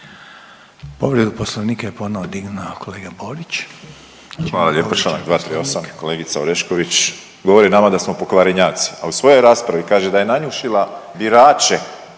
Povredu Poslovnika je ponovo dignuo kolega Borić. **Borić, Josip (HDZ)** Hvala lijepo. Članak 238., kolegica Orešković govori nama da smo pokvarenjaci, a u svojoj raspravi kaže da je nanjušila birače